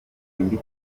indi